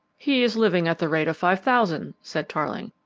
he is living at the rate of five thousand, said tarling.